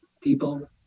people